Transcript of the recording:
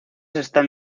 están